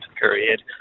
period